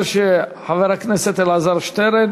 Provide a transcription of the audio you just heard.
שחבר הכנסת אלעזר שטרן